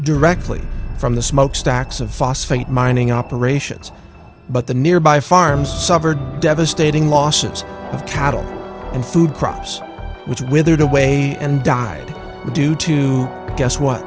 directly from the smokestacks of phosphate mining operations but the nearby farm suffered devastating losses of cattle and food crops which withered away and died due to guess what